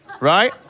right